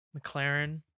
McLaren